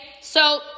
So-